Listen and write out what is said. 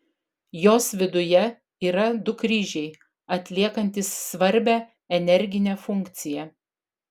jos viduje yra du kryžiai atliekantys svarbią energinę funkciją